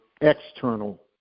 external